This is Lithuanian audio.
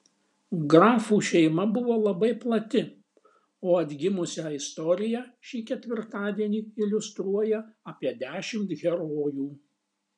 grafų šeima buvo labai plati o atgimusią istoriją šį ketvirtadienį iliustruoja apie dešimt herojų